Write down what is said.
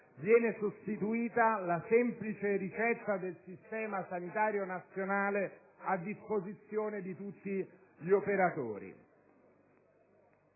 viene sostituita la semplice ricetta del Sistema sanitario nazionale a disposizione di tutti gli operatori.